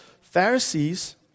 Pharisees